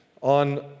on